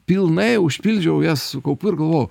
pilnai užpildžiau jas su kaupu ir galvojau